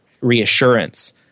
reassurance